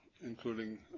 including